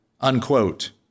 unquote